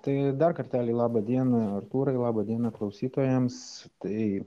tai dar kartelį laba diena artūrai laba diena klausytojams tai